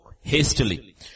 hastily